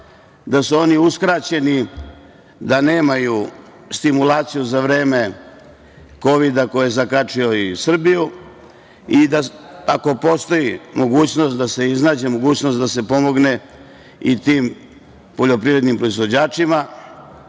da su oni uskraćeni, da nemaju stimulaciju za vreme kovida, koji je zakačio i Srbiju, i ako postoji da se iznađe mogućnost da se pomogne i tim poljoprivrednim proizvođačima,